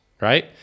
Right